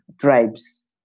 tribes